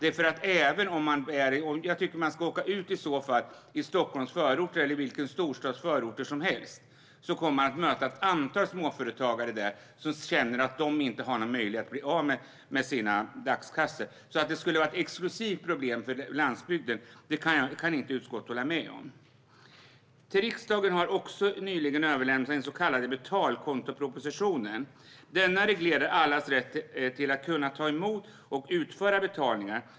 Tror man något annat tycker jag att man ska åka ut till Stockholms eller någon annan storstads förorter, för då kommer man att möta ett antal småföretagare som känner att de inte har någon möjlighet att bli av med sina dagskassor. Att det skulle vara ett problem som är exklusivt för landsbygden kan utskottet alltså inte hålla med om. Till riksdagen har också nyligen överlämnats den så kallade betalkontopropositionen. Denna reglerar allas rätt till att kunna ta emot och utföra betalningar.